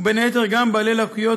ובין היתר גם בעלי לקויות,